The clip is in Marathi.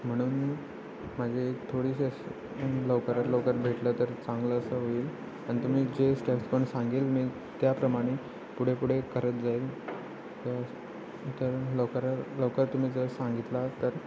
म्हणून माझे थोडीशी अशी लवकरात लवकर भेटलं तर चांगलं असं होईल आणि तुम्ही जे स्टेप्स कोण सांगील मी त्याप्रमाणे पुढे पुढे करत जाईल तर तर लवकरात लवकर तुम्ही जर सांगितला तर